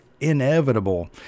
inevitable